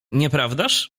nieprawdaż